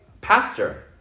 Pastor